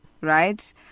right